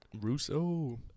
Russo